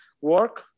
work